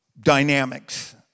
dynamics